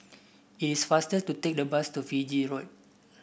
it is faster to take the bus to Fiji Road